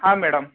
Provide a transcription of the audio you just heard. ಹಾಂ ಮೇಡಮ್